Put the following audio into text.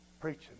preaching